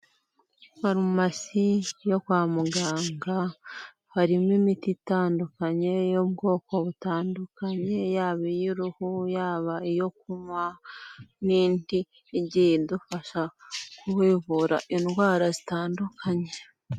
Farumasi yo kwa muganga, harimo imiti itandukanye y'ubwoko butandukanye: yaba iy'uruhu, yaba iyo kunywa n'indi igenda idufasha kwivura indwara zitandukanye.